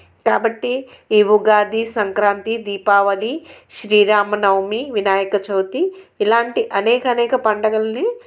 కాబట్టి ఈ ఉగాది సంక్రాంతి దీపావళి శ్రీరామనవమి వినాయక చవితి ఇలాంటి అనేక అనేక పండగల్ని